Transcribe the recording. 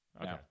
Okay